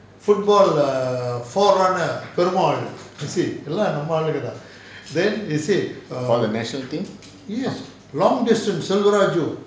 for the national team